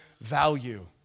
value